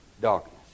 darkness